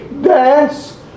dance